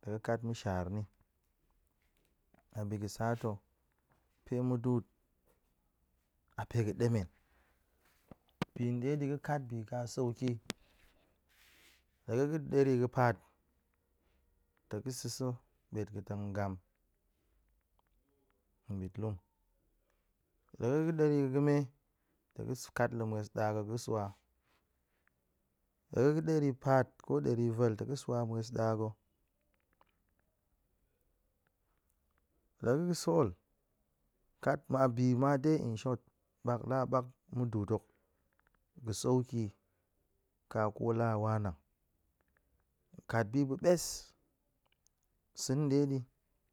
ɗe ga̱ kat ma̱shar ni, a bi ga̱ sa to pae mudu'ut a pae ga̱ ɗemen. Bi ɗe di ga̱ kat bi ka soki, la ga̱ ga̱ dari ga̱ paat, to ga̱ sa̱ sa̱ bet ga̱ tong gam nbit lun, la ga̱ ga̱ dari ga̱ ga̱me, tong swa kat la mues ɗa ga̱ ga̱ swa, la ga̱ ga̱ dari ga̱ pat ko dari vel tong ga̱ swa mues ɗa ga̱ la ga̱ ga̱ sol kat ma bi ma dai in short, ɓak la ɓak mudu'ut tok ga̱ sauki ka ko la wanang kat bi pae ɓes sa̱ ɗe di